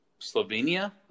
Slovenia